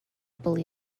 bully